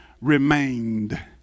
remained